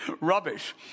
rubbish